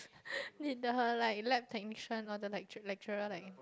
need tell her like lab technician or the lecture lecturer like